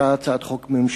תודה רבה.